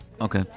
Okay